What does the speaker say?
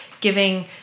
giving